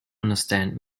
understand